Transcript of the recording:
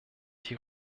die